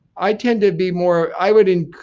i tend to be more, i would. and